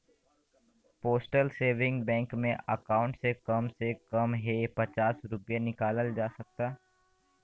postal saving bank में account से कम से कम हे पचास रूपया निकालल जा सकता